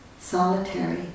solitary